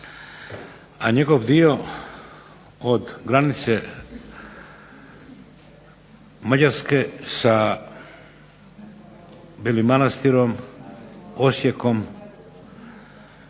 a njegov dio od granice Mađarske sa Belim Manastirom, Osijekom,